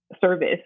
service